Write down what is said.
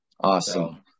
awesome